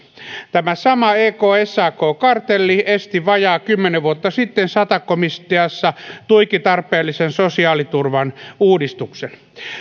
tämä sama ek sak kartelli esti vajaa kymmenen vuotta sitten sata komiteassa tuiki tarpeellisen sosiaaliturvan uudistuksen